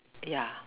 ya